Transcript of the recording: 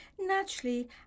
naturally